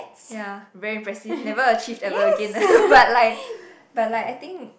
ya very impressive never achieve ever again but like but like I think